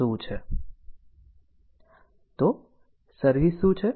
તો સર્વિસ શું છે